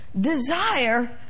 Desire